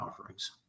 offerings